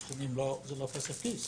אלה סכומים שהם לא כסף כיס